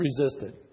resisted